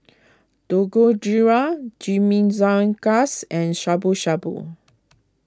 Dangojiru Chimichangas and Shabu Shabu